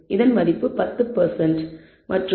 இதன் மதிப்பு 10